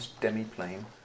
demi-plane